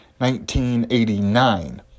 1989